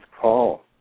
call